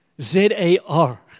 Z-A-R